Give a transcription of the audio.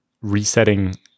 resetting